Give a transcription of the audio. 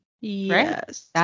Yes